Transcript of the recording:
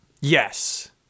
yes